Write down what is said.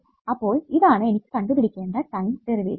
അപ്പോൾ ഇതാണ് എനിക്ക് കണ്ടുപിടിക്കേണ്ട ടൈം ഡെറിവേറ്റീവ്